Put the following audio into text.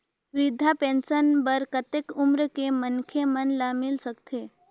वृद्धा पेंशन बर कतेक उम्र के मनखे मन ल मिल सकथे?